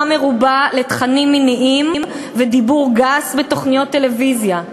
מרובה לתכנים מיניים ודיבור גס בתוכניות טלוויזיה.